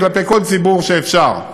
כלפי כל ציבור שאפשר,